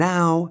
Now